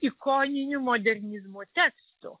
ikoniniu modernizmo tekstu